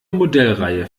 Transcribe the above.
modellreihe